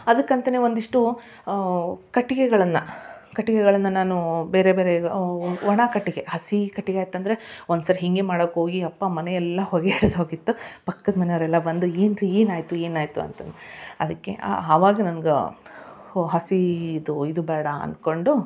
ಅದಕ್ಕೆ ಅಂತಾನೆ ಒಂದಿಷ್ಟು ಕಟ್ಟಿಗೆಗಳನ್ನು ಕಟ್ಟಿಗೆಗಳನ್ನು ನಾನೂ ಬೇರೆ ಬೇರೆ ಇದು ಒಣ ಕಟ್ಟಿಗೆ ಹಸೀ ಕಟ್ಟಿಗೆ ಇತ್ತಂದರೆ ಒಂದುಸರಿ ಹೀಗೆ ಮಾಡೋಕ್ ಹೋಗಿ ಯಪ್ಪ ಮನೆ ಎಲ್ಲ ಹೊಗೆ ಹಿಡಿದೋಗಿತ್ತು ಪಕ್ಕದ ಮನೆಯವರೆಲ್ಲ ಬಂದು ಏನು ರೀ ಏನಾಯಿತು ಏನಾಯಿತು ಅಂತಾ ಅದಕ್ಕೆ ಅವಾಗ ನನ್ಗೆ ಓ ಹಸೀದು ಇದು ಬೇಡ ಅನ್ಕೊಂಡು